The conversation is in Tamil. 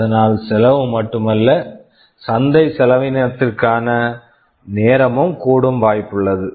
இதனால் செலவு மட்டுமல்ல சந்தை செலவினத்திற்கான நேரமும் கூடும் வாய்ப்புள்ளது